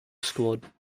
squad